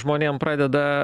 žmonėm pradeda